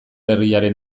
herriaren